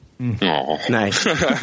Nice